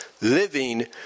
living